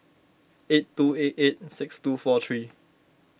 eight two eight eight six two four three